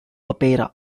opera